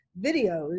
videos